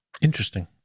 Interesting